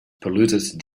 polluted